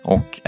Och